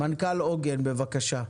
מנכ"ל עוגן, בבקשה.